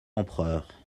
empereur